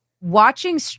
watching